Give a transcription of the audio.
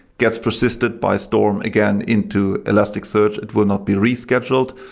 gets persistent by storm, again, into elasticsearch. it will not be rescheduled,